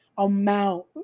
amount